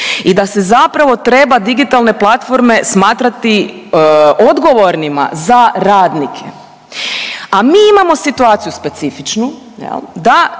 i da se zapravo treba digitalne platforme smatrati odgovornima za radnike. A mi imamo situaciju specifičnu